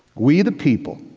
we the people